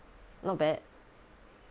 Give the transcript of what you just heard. not bad